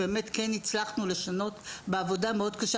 כן הצלחנו לשנות בעזרת העבודה המאוד קשה